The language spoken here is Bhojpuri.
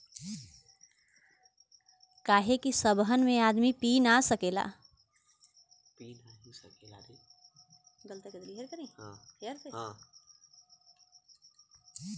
काहे कि सबहन में आदमी पी नाही सकला